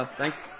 thanks